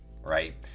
right